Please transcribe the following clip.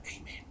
amen